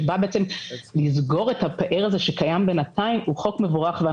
שבא בעצם לסגור את הפער הזה שקיים בינתיים הוא חוק מבורך.